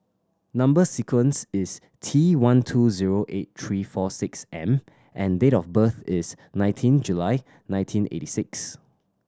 number sequence is T one two zero eight three four six M and date of birth is nineteen July nineteen eighty six